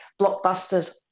blockbusters